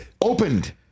Opened